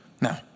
Now